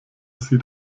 sie